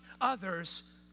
others